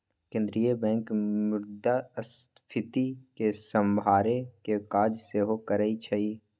केंद्रीय बैंक मुद्रास्फीति के सम्हारे के काज सेहो करइ छइ